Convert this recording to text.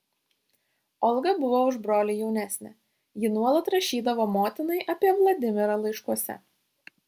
olga buvo už brolį jaunesnė ji nuolat rašydavo motinai apie vladimirą laiškuose